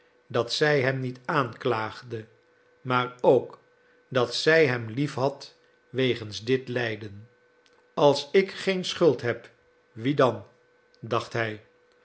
dat zij hem niet aanklaagde maar ook dat zij hem liefhad wegens dit lijden als ik geen schuld heb wie dan dacht hij